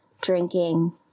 drinking